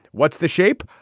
what's the shape.